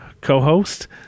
Co-host